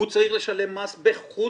הוא צריך לשלם מס בחו"ל,